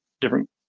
different